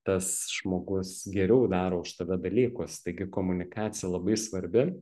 tas žmogus geriau daro už tave dalykus taigi komunikacija labai svarbi